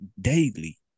daily